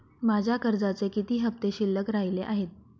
माझ्या कर्जाचे किती हफ्ते शिल्लक राहिले आहेत?